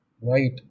right